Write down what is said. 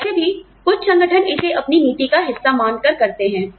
वैसे भी कुछ संगठन इसे अपनी नीति का हिस्सा मानकर करते हैं